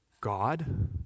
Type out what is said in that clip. God